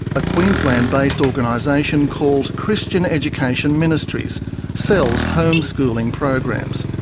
a queensland-based organisation called christian education ministries sells homeschooling programs.